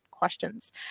questions